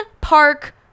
Park